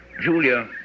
Julia